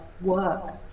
work